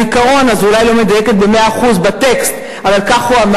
אבל בצד